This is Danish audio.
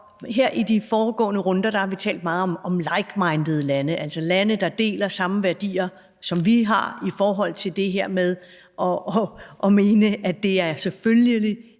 Her i de foregående runder har vi talt meget om likemindede lande, altså lande, der har de samme værdier, som vi har, i forhold til det her med at mene, at det selvfølgelig